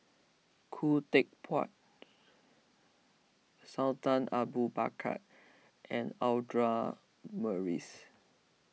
Khoo Teck Puat Sultan Abu Bakar and Audra Morrice